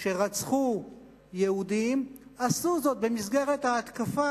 שרצחו יהודים עשו זאת במסגרת ההתקפה